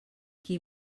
qui